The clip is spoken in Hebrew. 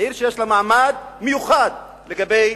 עיר שיש לה מעמד מיוחד לגבי